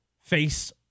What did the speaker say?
face